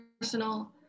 personal